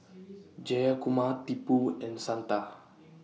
Jayakumar Tipu and Santha